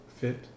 Fit